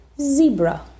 Zebra